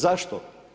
Zašto?